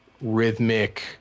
rhythmic